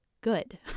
good